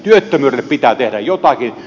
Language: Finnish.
työttömyydelle pitää tehdä jotakin